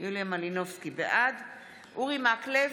אורי מקלב,